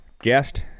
guest